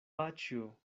paĉjo